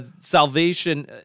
salvation